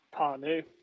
Parnu